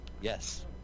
Yes